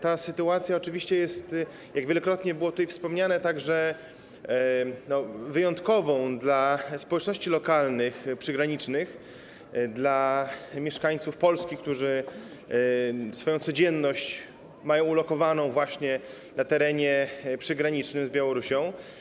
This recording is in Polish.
Ta sytuacja oczywiście jest, jak wielokrotnie było tutaj wspomniane, także wyjątkowa dla społeczności lokalnych przygranicznych, dla mieszkańców Polski, którzy swoją codzienność mają ulokowaną właśnie na terenie przy granicy z Białorusią.